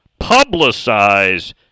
publicize